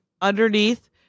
underneath